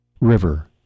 river